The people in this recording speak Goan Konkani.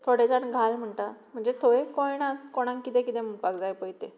थोडे जाण घाल म्हणटा म्हणजे थोड्यांक कळना कोणाक कितें कितें म्हणपाक जाय पळय तें